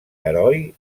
heroi